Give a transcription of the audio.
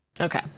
Okay